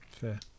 fair